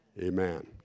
Amen